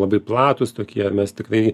labai platūs tokie ir mes tikrai